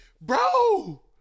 Bro